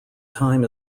time